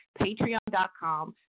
patreon.com